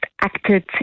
acted